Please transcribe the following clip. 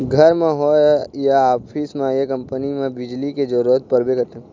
घर म होए या ऑफिस म ये कंपनी म बिजली के जरूरत परबे करथे